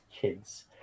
kids